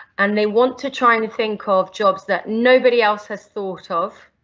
and they want to try and think of jobs that nobody else has thought of.